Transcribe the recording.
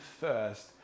first